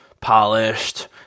polished